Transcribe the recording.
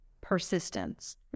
persistence